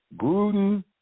Gruden